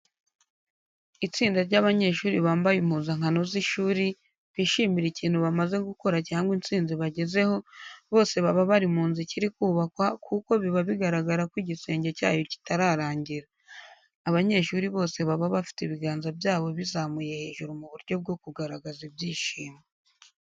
Itsinda ry'abanyeshuri bambaye impuzankano z'ishuri bishimira ikintu bamaze gukora cyangwa itsinzi bagezeho, bose baba bari mu nzu ikiri kubakwa kuko biba bigaragara ko igisenge cyayo kitararangira. Abanyeshuri bose baba bafite ibiganza byabo bizamuye hejuru mu buryo bwo kigaragaza ibyishimo.